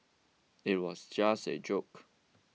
it was just a joke